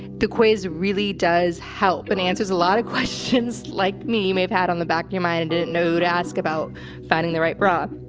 the quiz really does help and answers a lot of questions like me. you may have had on the back of your mind, and didn't know to ask about finding the right bra.